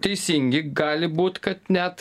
teisingi gali būt kad net